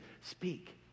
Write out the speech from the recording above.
speak